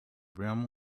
rim